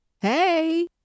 Hey